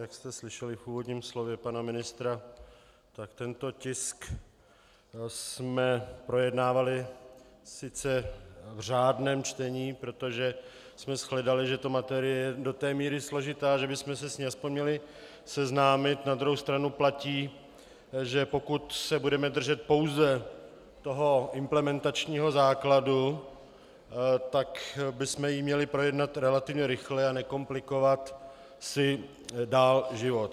Jak jste slyšeli v úvodním slově pana ministra, tento tisk jsme projednávali sice v řádném čtení, protože jsme shledali, že tato materie je do té míry složitá, že bychom se s ní aspoň měli seznámit, na druhou stranu platí, že pokud se budeme držet pouze toho implementačního základu, tak bychom ji měli projednat relativně rychle a nekomplikovat si dál život.